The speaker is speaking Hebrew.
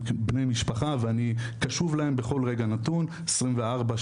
כבני משפחה ואני קשוב להם בכל רגע נתון 24/7,